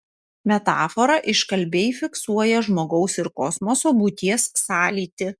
metafora iškalbiai fiksuoja žmogaus ir kosmoso būties sąlytį